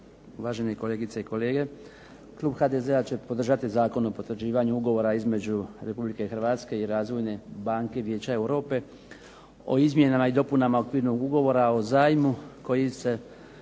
uvažene kolegice i kolege. Klub HDZ-a će podržati Zakon o potvrđivanju ugovora između Republike Hrvatske i Razvojna banka Vijeća Europe o izmjenama i dopunama okvirnog ugovora o zajmu koji se